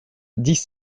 dix